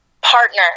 partner